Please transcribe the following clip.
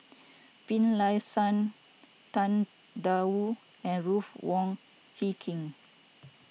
Finlayson Tang Da Wu and Ruth Wong Hie King